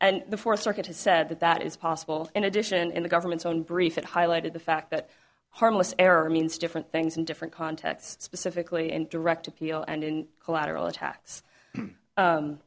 and the fourth circuit has said that that is possible in addition in the government's own brief it highlighted the fact that harmless error means different things in different contexts specifically in direct appeal and in collateral attacks